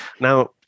Now